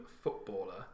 footballer